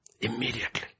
Immediately